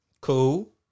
cool